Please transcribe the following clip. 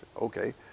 okay